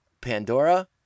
Pandora